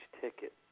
ticket